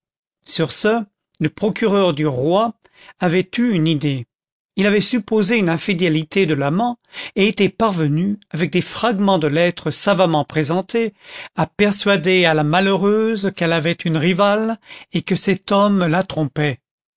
sur ce le procureur du roi avait eu une idée il avait supposé une infidélité de l'amant et était parvenu avec des fragments de lettres savamment présentés à persuader à la malheureuse qu'elle avait une rivale et que cet homme la trompait